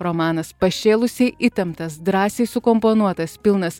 romanas pašėlusiai įtemptas drąsiai sukomponuotas pilnas